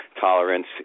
tolerance